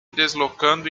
deslocando